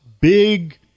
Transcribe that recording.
big